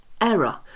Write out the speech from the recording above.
error